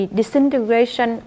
disintegration